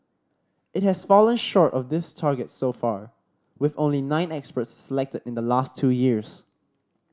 it has fallen short of this target so far with only nine experts selected in the last two years